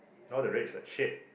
now the rate is like shit